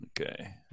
Okay